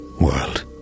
world